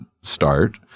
start